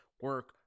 Work